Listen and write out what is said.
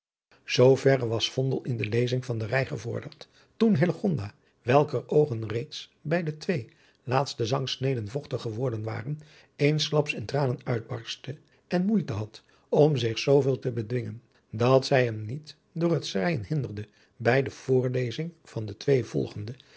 zooverre was vondel in de lezing van den rei gevorderd toen hillegonda welker oogen reeds bij de twee laatste zangsneden vochtig geworden waren eensklaps in tranen uitbarstte en moeite had om zich zooveel te bedwingen dat zij hem niet door het schreijen hinderde bij de voorlezing van de twee volgende